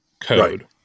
code